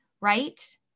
right